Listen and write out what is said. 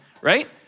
Right